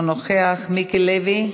אינו נוכח, מיקי לוי,